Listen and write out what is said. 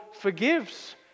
forgives